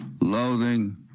loathing